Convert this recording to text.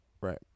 Right